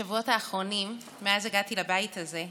בשבועות האחרונים, מאז הגעתי לבית הזה,